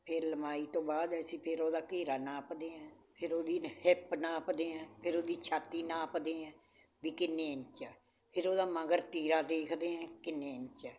ਫਿਰ ਲੰਬਾਈ ਤੋਂ ਬਾਅਦ ਅਸੀਂ ਫਿਰ ਉਹਦਾ ਘੇਰਾ ਨਾਪਦੇ ਐਂ ਫਿਰ ਉਹਦੀ ਹਿਪ ਨਾਪਦੇ ਐਂ ਫਿਰ ਉਹਦੀ ਛਾਤੀ ਨਾਪਦੇ ਐਂ ਵੀ ਕਿੰਨੇ ਇੰਚ ਹੈ ਫਿਰ ਉਹਦਾ ਮਗਰ ਤੀਰਾ ਦੇਖਦੇ ਕਿੰਨੇ ਇੰਚ ਹੈ